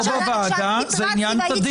פה בוועדה זה עניין תדיר.